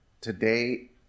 today